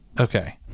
Okay